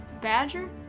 badger